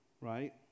right